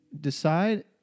decide